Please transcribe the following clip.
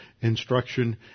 instruction